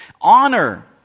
Honor